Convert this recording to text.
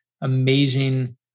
amazing